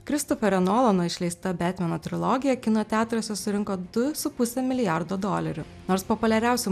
kristuperio nolano išleista betmeno trilogija kino teatruose surinko du su puse milijardo dolerių nors populiariausių